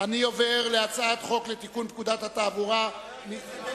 על הצעת חוק לתיקון פקודת התעבורה (מס'